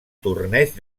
torneig